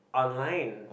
online